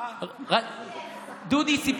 מה דודי אמר?